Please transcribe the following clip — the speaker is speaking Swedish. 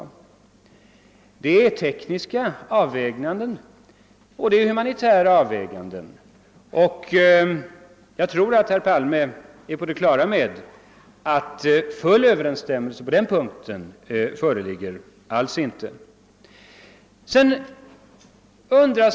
Det är tekniska avvägningar, och det är humanitära avvägningar. Och jag tror att herr Palme är på det klara med att full överensstämmelse på den punkten alls inte föreligger.